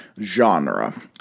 genre